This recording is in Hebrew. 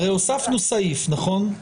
הרי הוספנו סעיף, לא?